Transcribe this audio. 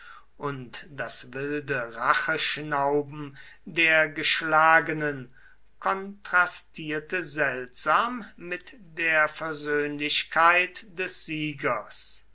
und das wilde racheschnauben der geschlagenen kontrastierte seltsam mit der versöhnlichkeit des siegers